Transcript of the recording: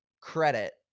credit